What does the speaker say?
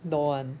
don't want